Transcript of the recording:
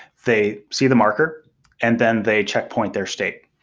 they see the marker and then they checkpoint their state.